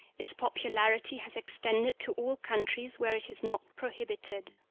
its popularity has extended to all countries where it is not prohibited.